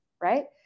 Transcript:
right